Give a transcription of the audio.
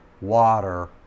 water